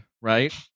right